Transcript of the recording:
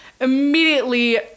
immediately